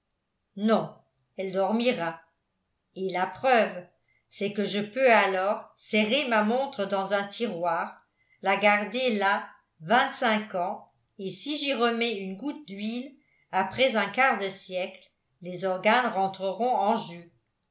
non elle dormira et la preuve c'est que je peux alors serrer ma montre dans un tiroir la garder là vingt-cinq ans et si j'y remets une goutte d'huile après un quart de siècle les organes rentreront en jeu